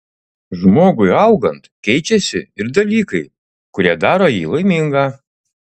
žmogui augant keičiasi ir dalykai kurie daro jį laimingą